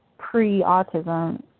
pre-autism